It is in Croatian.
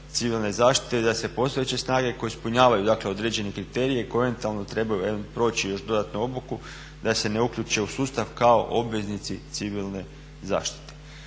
civilne zaštite i da se postojeće snage koje ispunjavaju dakle određene kriterije koje eventualno trebaju proći još dodatnu obuku da se ne uključe u sustav kao obveznici civilne zaštite.